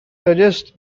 suggest